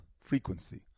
frequency